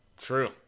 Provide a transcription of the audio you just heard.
true